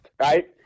right